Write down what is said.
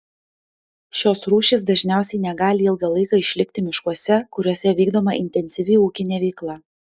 šios rūšys dažniausiai negali ilgą laiką išlikti miškuose kuriuose vykdoma intensyvi ūkinė veikla